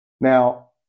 Now